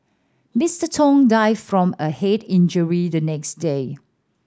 Mister Tong died from a head injury the next day